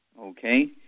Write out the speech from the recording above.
Okay